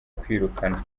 kwirukanwa